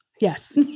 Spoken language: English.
Yes